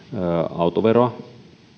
autoveroa